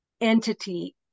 entity